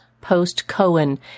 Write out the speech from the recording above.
post-Cohen